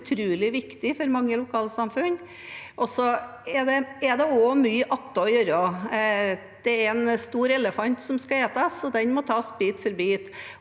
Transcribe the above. utrolig viktig for mange lokalsamfunn. Det er også mye som står igjen å gjøre. Det er en stor elefant som skal spises, og den må tas bit for bit.